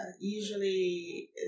usually